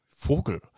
Vogel